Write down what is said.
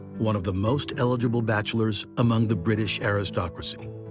one of the most eligible bachelors among the british aristocracy.